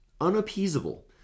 unappeasable